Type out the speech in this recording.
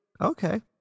Okay